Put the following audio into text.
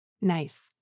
Nice